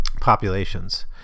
populations